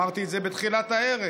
אמרתי את זה בתחילת הערב.